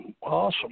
awesome